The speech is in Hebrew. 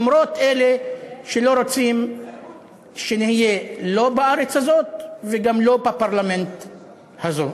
למרות אלה שלא רוצים שנהיה לא בארץ הזאת וגם לא בפרלמנט הזה.